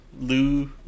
Lou